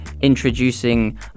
introducing